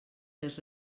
les